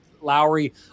Lowry